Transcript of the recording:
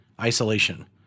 Isolation